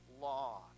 law